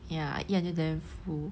ya I eat until damn full